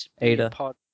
Ada